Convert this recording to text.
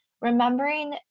remembering